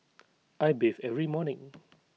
I bathe every morning